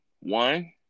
One